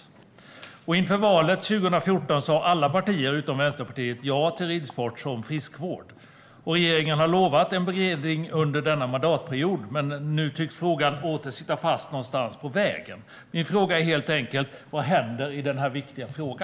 Inför valet 2014 sa alla partier utom Vänsterpartiet ja till ridning som friskvård. Regeringen har lovat en beredning under denna mandatperiod, men nu tycks frågan åter sitta fast någonstans på vägen. Min fråga är helt enkelt: Vad händer i denna viktiga fråga?